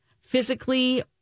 physically